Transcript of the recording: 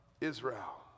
Israel